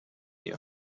you